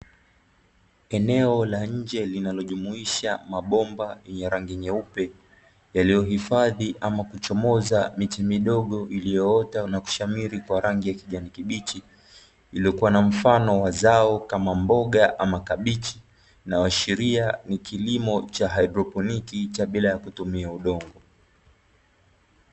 Eneo la nje linalojumuisha mabomba ya rangi nyeupe yaliyohifadhi ama kuchomoza miti midogo iliyoota na kushamiri kwa rangi ya kijani kibichi, iliyokua na mfano wa zao kama mboga ama kabichi, inayoshiria ni kilimo cha haidroponiki cha bila ya kutumia udongo.